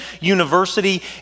University